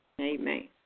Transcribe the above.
Amen